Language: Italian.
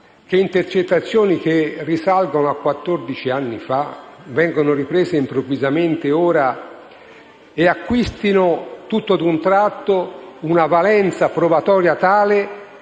che intercettazioni che risalgono a quattordici anni fa vengano riprese improvvisamente ora e acquistino, tutto d'un tratto, una valenza probatoria tale